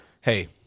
Hey